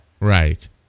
Right